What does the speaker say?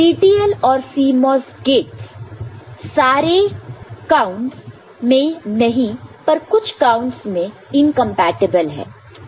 TTL और CMOS gates सारे counts में नहीं पर कुछ काउंटस में इनकम्पेटिबल है